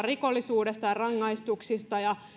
rikollisuudesta ja rangaistuksista ja